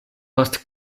post